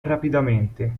rapidamente